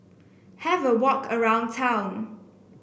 have a walk around town